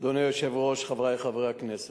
אדוני היושב-ראש, חברי חברי הכנסת,